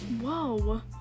whoa